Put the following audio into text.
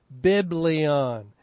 Biblion